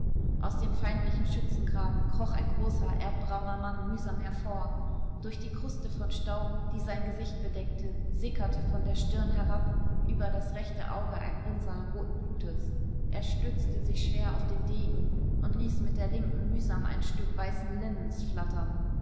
aus dem feindlichen schützengraben kroch ein großer erdbrauner mann mühsam hervor durch die kruste von staub die sein gesicht bedeckte sickerte von der stirn herab über das rechte auge ein rinnsal roten blutes er stützte sich schwer auf den degen und ließ mit der linken mühsam ein stück weißen linnens flattern